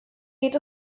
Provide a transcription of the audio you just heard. geht